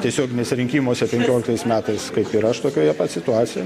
tiesioginiuose rinkimuose penkioliktais metais kaip ir aš tokioje pat situacijoj